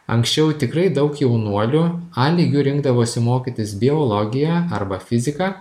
anksčiau tikrai daug jaunuolių a lygiu rinkdavosi mokytis biologiją arba fiziką